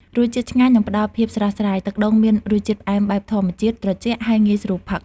រសជាតិឆ្ងាញ់ និងផ្តល់ភាពស្រស់ស្រាយ ទឹកដូងមានរសជាតិផ្អែមបែបធម្មជាតិ ត្រជាក់ ហើយងាយស្រួលផឹក។